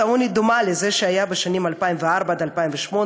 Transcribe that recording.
העוני דומה לזו שהייתה בשנים 2004 2008,